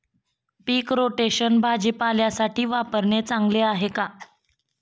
पीक rotation भाजीपाल्यासाठी वापरणे चांगले आहे का?